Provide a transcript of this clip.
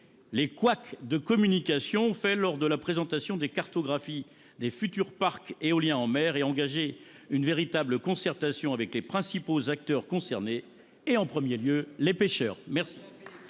les couacs de communication qui ont accompagné la présentation des cartographies des futurs parcs éoliens en mer ? Allez vous engager une véritable concertation avec les principaux acteurs concernés, en premier lieu avec les pêcheurs ?